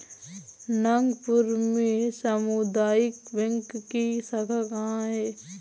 नागपुर में सामुदायिक बैंक की शाखा कहाँ है?